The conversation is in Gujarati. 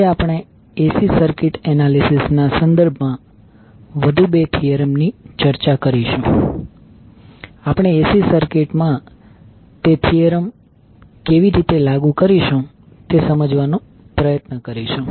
આજે આપણે AC સર્કિટ એનાલિસિસના સંદર્ભમાં વધુ બે થીયરમ ની ચર્ચા કરીશું આપણે AC સર્કિટમાં તે થીયરમ કેવી રીતે લાગુ કરીશું તે સમજવાનો પ્રયત્ન કરીશું